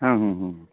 हँ हँ हँ